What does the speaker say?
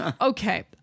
Okay